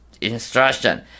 instruction